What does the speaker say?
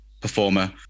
performer